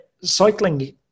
cycling